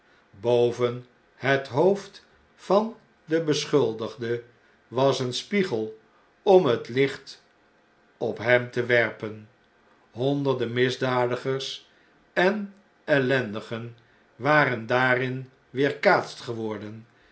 boven het hoofd van den beschuldigde was een spiegel om het licht op hem te werpen honderden misdadigers en ellendigen waren daarin weerkaatst geworden